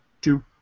Two